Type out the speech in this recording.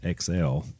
XL